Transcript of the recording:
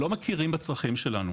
לא מכירים בצרכים שלנו